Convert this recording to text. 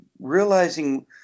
realizing